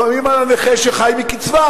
לפעמים על הנכה שחי מקצבה.